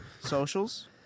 Socials